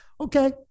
Okay